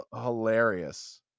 hilarious